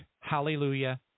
hallelujah